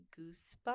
goosebumps